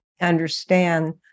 understand